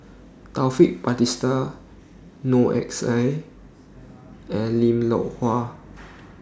Taufik Batisah Noor X I and Lim Loh Huat